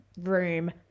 room